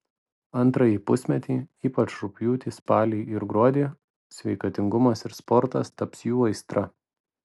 antrąjį pusmetį ypač rugpjūtį spalį ir gruodį sveikatingumas ir sportas taps jų aistra